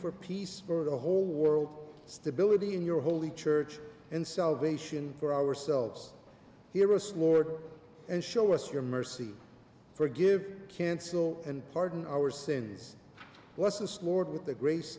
for peace for the whole world stability in your holy church and salvation for ourselves hero's lord and show us your mercy forgive kancil and pardon our senses what's the stored with the grace